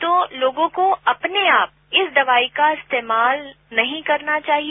तो लोगों को अपने आप इस दवाई का इस्तेमाल नहीं करना चाहिए